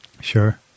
Sure